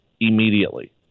immediately